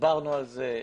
דיברנו על זה,